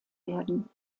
werden